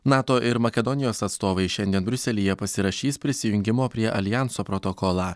nato ir makedonijos atstovai šiandien briuselyje pasirašys prisijungimo prie aljanso protokolą